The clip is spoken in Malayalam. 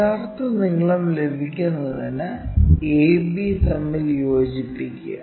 യഥാർത്ഥ നീളം ലഭിക്കുന്നതിന് a b തമ്മിൽ യോജിപ്പിക്കുക